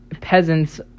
peasants